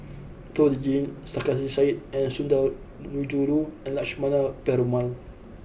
Toh Liying Sarkasi Said and Sundarajulu and Lakshmana Perumal